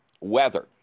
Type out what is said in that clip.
weather